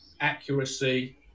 accuracy